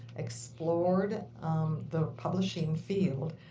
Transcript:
explored the publishing field,